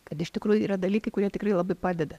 kad iš tikrųjų yra dalykai kurie tikrai labai padeda